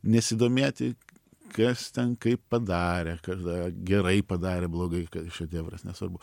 nesidomėti kas ten kaip padarė kada gerai padarė blogai kad ir šedevras nesvarbu